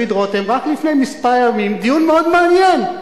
רותם רק לפני כמה ימים דיון מאוד מעניין,